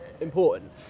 important